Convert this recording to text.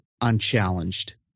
unchallenged